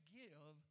give